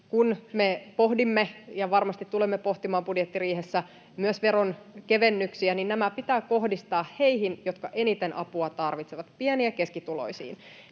Kun me pohdimme — ja varmasti tulemme pohtimaan — budjettiriihessä myös veronkevennyksiä, niin nämä pitää kohdistaa heihin, jotka eniten apua tarvitsevat, pieni- ja keskituloisiin.